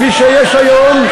כפי שיש היום,